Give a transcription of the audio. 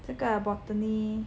这个 botany